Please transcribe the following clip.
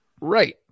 Right